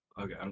okay